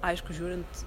aišku žiūrint